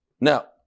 Now